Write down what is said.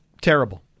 Terrible